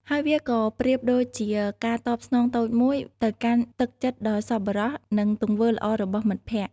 ហើយវាក៏ប្រៀបដូចជាការតបស្នងតូចមួយ ទៅកាន់ទឹកចិត្តដ៏សប្បុរស និងទង្វើល្អរបស់មិត្តភក្តិ។